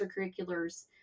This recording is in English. extracurriculars